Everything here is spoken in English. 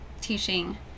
teaching